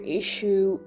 issue